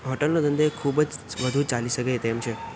હોટલનો ધંધો એ ખૂબજ વધુ ચાલી શકે તેમ છે